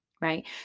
right